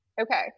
okay